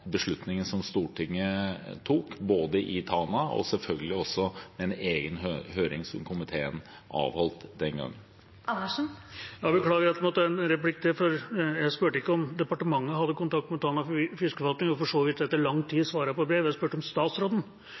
beslutningen som Stortinget tok, både i Tana og selvfølgelig også i en egen høring som komiteen avholdt den gangen. Beklager at det måtte til en replikk til. Jeg spurte ikke om departementet hadde kontakt med Tanavassdragets fiskeforvaltning, som han for så vidt etter lang tid svarte på.